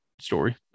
story